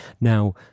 Now